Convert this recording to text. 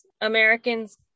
Americans